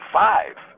five